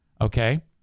okay